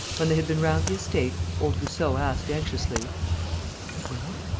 when they had been round the estate, old goussot asked, anxiously well?